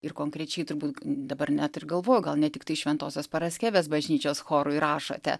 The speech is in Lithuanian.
ir konkrečiai turbūt dabar net ir galvoju gal ne tiktai šventosios paraskevės bažnyčios chorui rašote